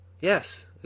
yes